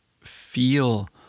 feel